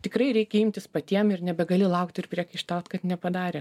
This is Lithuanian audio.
tikrai reikia imtis patiem ir nebegali laukt ir priekaištaut kad nepadarė